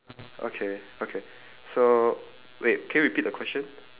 okay okay so wait can you repeat the question